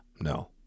no